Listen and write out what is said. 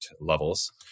levels